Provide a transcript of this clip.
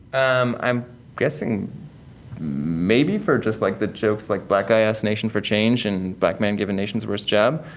i'm i'm guessing maybe for just, like, the jokes, like, black guy asks nation for change and black man given nation's worst job.